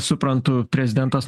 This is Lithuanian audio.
suprantu prezidentas